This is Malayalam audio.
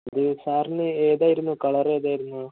അത് സാറിന് ഏതായിരുന്നു കളർ ഏതായിരുന്നു